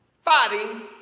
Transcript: fighting